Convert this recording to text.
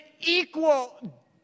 equal